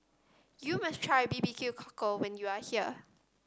you must try B B Q Cockle when you are here